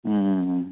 മ്മ്